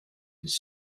his